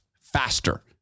faster